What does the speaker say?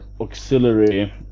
auxiliary